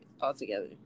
altogether